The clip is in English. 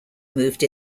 moved